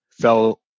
fell